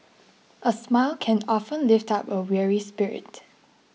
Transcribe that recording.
a smile can often lift up a weary spirit